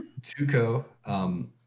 Tuco